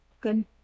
Good